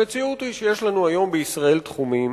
המציאות היא שיש לנו היום בישראל תחומים,